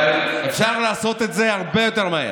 אפשר לעשות את זה הרבה יותר מהר.